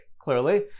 clearly